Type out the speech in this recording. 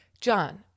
John